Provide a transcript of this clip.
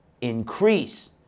increase